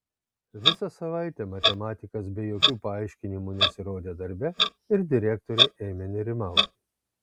visą savaitę matematikas be jokių paaiškinimų nesirodė darbe ir direktorė ėmė nerimauti